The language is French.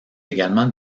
également